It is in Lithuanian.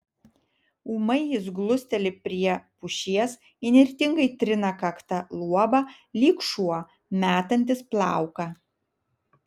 ūmai jis glusteli prie pušies įnirtingai trina kakta luobą lyg šuo metantis plauką